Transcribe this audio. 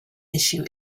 issue